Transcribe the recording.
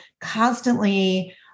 constantly